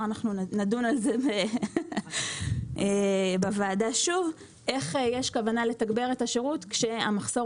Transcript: נדון על זה בוועדה שוב איך יש כוונה לתגבר את השירות כשהמחסור